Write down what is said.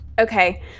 Okay